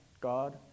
God